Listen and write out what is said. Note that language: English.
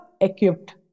equipped